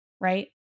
right